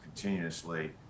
continuously